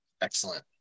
Excellent